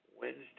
Wednesday